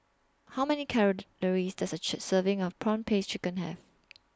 How Many Calories Does A Serving of Prawn Paste Chicken Have